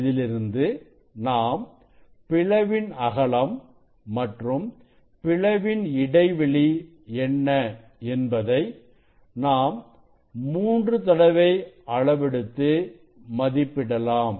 இதிலிருந்து நாம் பிளவின் அகலம் மற்றும் பிளவின் இடைவெளி என்ன என்பதை நாம் மூன்று தடவை அளவெடுத்து மதிப்பிடலாம்